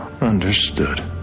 Understood